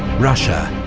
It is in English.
russia,